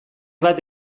bat